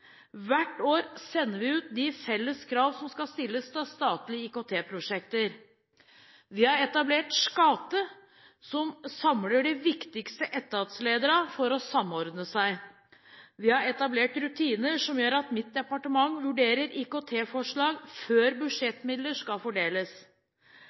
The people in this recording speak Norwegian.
Hvert år sender vi ut de felles krav som skal stilles til statlige IKT-prosjekter. Vi har etablert Skate, som samler de viktigste etatslederne for å samordne seg. Vi har etablert rutiner som gjør at mitt departement vurderer IKT-forslag før